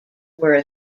were